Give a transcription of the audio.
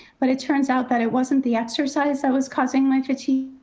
but it turns out that it wasn't the exercise that was causing my fatigue,